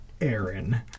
Aaron